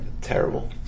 Terrible